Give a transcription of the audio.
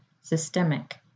Systemic